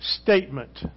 statement